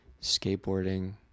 skateboarding